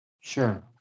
Sure